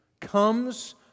comes